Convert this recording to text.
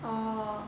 oh